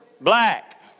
Black